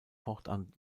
fortan